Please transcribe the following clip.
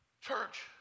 Church